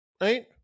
right